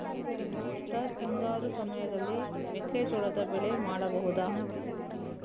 Sir ಹಿಂಗಾರು ಸಮಯದಲ್ಲಿ ಮೆಕ್ಕೆಜೋಳದ ಬೆಳೆ ಮಾಡಬಹುದಾ?